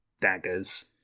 daggers